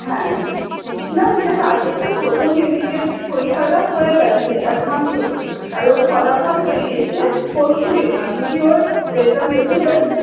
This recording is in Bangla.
হ্যাঁ বলছিলাম যে রাজেশের প্রথম ইউনিট টেস্ট পরীক্ষাটা হয়ে গেছে এক মাস হল আর ওর ফলাফল বেড়িয়েছে পরশু দিনে আপনি কি ওর রেজাল্ট দেখেছেন